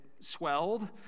swelled